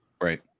Right